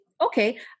okay